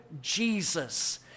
Jesus